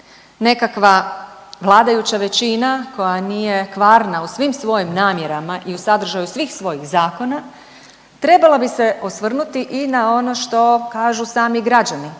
nekakva vladajuća većina koja nije kvarna u svim svojim namjerama i u sadržaju svih svojih zakona, trebala bi se osvrnuti i na ono što kažu sami građani,